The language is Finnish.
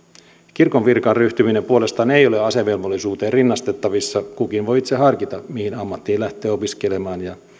kirkon virkaan ryhtyminen puolestaan ei ole asevelvollisuuteen rinnastettavissa kukin voi itse harkita mihin ammattiin lähtee opiskelemaan ja